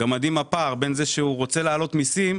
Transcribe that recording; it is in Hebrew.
צריך לראות את הפער בין זה לבין המצב בו הוא רוצה להעלות מסים,